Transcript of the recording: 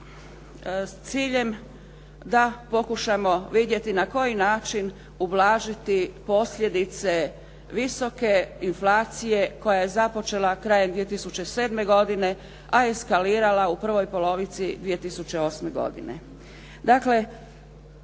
s ciljem da pokušamo vidjeti na koji način ublažiti posljedice visoke inflacije koja je započela krajem 2007. godine, a eskalirala u prvoj polovici 2008. godine.